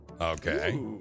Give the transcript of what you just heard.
Okay